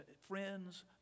friends